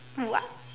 what